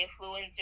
influencers